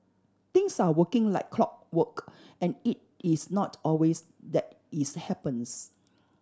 things are working like clockwork and it is not always that it's happens